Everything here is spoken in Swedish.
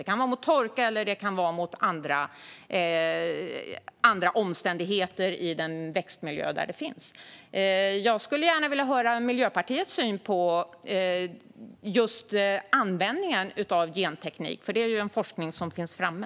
Det kan vara mot torka eller andra omständigheter i den växtmiljö där det finns. Jag skulle gärna vilja höra Miljöpartiets syn på användningen av genteknik, för det är ju en forskning som finns framme.